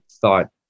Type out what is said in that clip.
thought